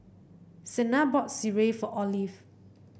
Sena bought sireh for Olive